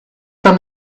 from